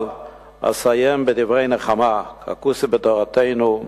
אבל אסיים בדברי נחמה, ככתוב בתורתנו: